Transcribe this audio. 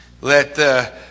Let